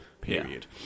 period